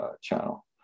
channel